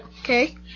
Okay